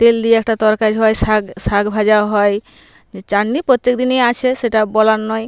তেল দিয়ে একটা তরকারি হয় শাক শাক ভাজা হয় চাটনি প্রত্যেক দিনই আছে সেটা বলার নয়